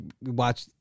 watch